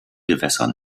gewässern